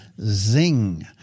Zing